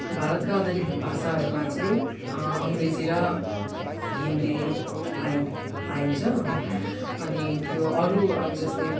भारतका आधिरिक भाषाहरूमा चाहिँ अङ्ग्रेजी र हिन्दी आइन आइन्छ अनि त्यो अरू अब जस्तै